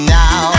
now